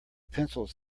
pencils